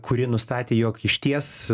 kuri nustatė jog išties